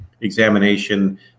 examination